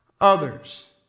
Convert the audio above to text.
others